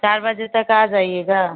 चार बजे तक आ जाइएगा